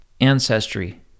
ancestry